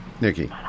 Nikki